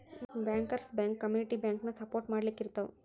bankers bank community ಬ್ಯಾಂಕನ support ಮಾಡ್ಲಿಕ್ಕಿರ್ತಾವ